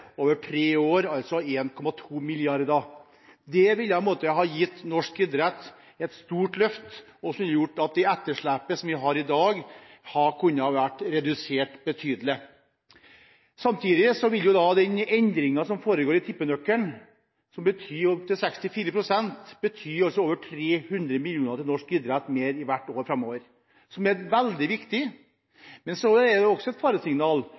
over tre år, altså 1,2 mrd. kr. Det ville ha gitt norsk idrett et stort løft og gjort at det etterslepet vi har i dag, kunne ha blitt redusert betydelig. Samtidig vil endringen i tippenøkkelen opp til 64 pst. bety over 300 mill. kr mer til norsk idrett hvert år framover, noe som er veldig viktig. Men det er også et faresignal